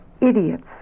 Idiots